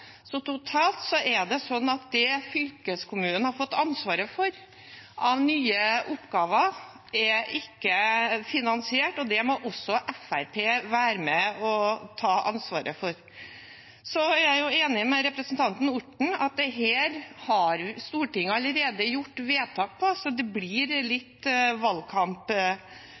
Så totalt er det sånn at det fylkeskommunen har fått ansvaret for av nye oppgaver, ikke er finansiert, og det må også Fremskrittspartiet være med og ta ansvaret for. Jeg er enig med representanten Orten i at dette har Stortinget allerede gjort vedtak om, så det blir litt